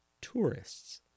tourists